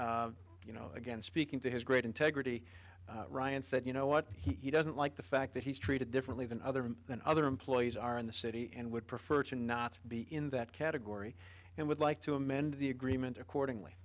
you know again speaking to his great integrity ryan said you know what he doesn't like the fact that he's treated differently than other than other employees are in the city and would prefer to not be in that category and would like to amend the agreement accordingly